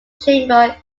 chamber